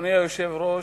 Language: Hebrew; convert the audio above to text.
אדוני היושב-ראש,